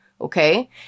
okay